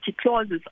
clauses